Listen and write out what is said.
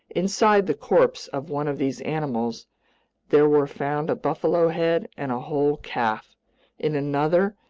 inside the corpse of one of these animals there were found a buffalo head and a whole calf in another,